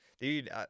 Dude